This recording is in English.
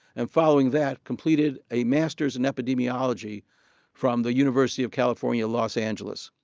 and following that completed a master's in epidemiology from the university of california los angeles.